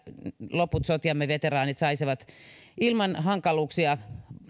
loput sotiemme veteraanit saisivat ilman hankaluuksia